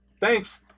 thanks